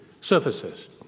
services